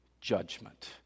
judgment